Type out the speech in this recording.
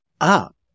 up